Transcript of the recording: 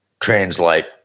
translate